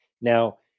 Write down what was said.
Now